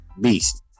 beast